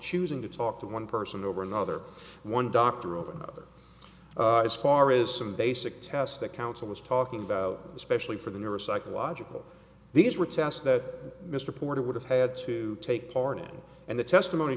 choosing to talk to one person over another one doctor over another as far as some basic test that council was talking about especially for the newer psychological these were tests that mr porter would have had to take part in and the testimony